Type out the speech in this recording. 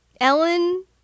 Ellen